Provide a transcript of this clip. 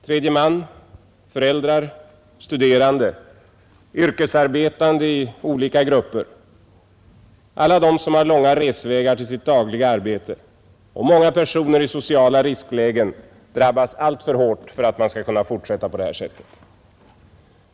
Tredje man — föräldrar, studerande, yrkesarbetande i olika grupper, alla de som har långa resvägar till sitt dagliga arbete och många personer i sociala risklägen — drabbas alltför hårt för att man skall kunna fortsätta på det här viset.